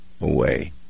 away